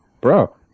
bro